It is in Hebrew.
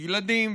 וילדים,